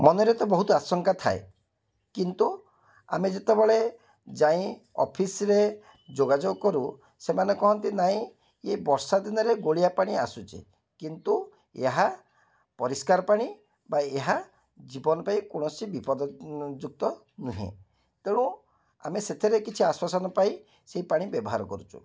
ମନରେ ତ ବହୁତ ଆଶଙ୍କା ଥାଏ କିନ୍ତୁ ଆମେ ଯେତେବେଳେ ଯାଇଁ ଅଫିସ୍ ରେ ଯୋଗାଯୋଗ କରୁ ସେମାନେ କହନ୍ତି ନାଇଁ ଇଏ ବର୍ଷା ଦିନରେ ଗୋଳିଆ ପାଣି ଆସୁଛି କିନ୍ତୁ ଏହା ପରିଷ୍କାର ପାଣି ବା ଏହା ଜୀବନ ପାଇଁ କୌଣସି ବିପଦଯୁକ୍ତ ନୁହେଁ ତେଣୁ ଆମେ ସେଥିରେ କିଛି ଆଶ୍ଵାସନା ପାଇ ସେଇ ପାଣି ବ୍ୟବହାର କରୁଛୁ